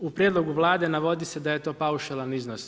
U prijedlogu Vlade navodi se da je to paušalan iznos.